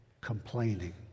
complaining